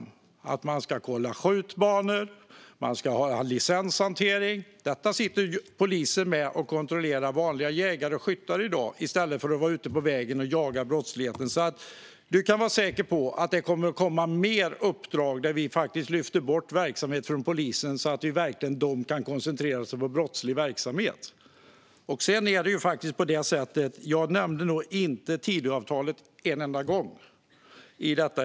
Det handlar om att polisen ska kolla skjutbanor och att man ska ägna sig åt licenshantering. Polisen sitter i dag och kontrollerar vanliga jägare och skyttar i stället för att vara ute på vägen och jaga brottslingar. Kadir Kasirga, du kan därför vara säker på att det kommer att vara fler uppdrag där vi faktiskt lyfter bort verksamhet från polisen så att de verkligen kan koncentrera sig på brottslig verksamhet. Sedan är det faktiskt på det sättet att jag inte nämnde Tidöavtalet en enda gång.